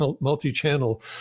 multi-channel